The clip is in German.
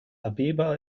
abeba